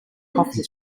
coffee